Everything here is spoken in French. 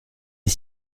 est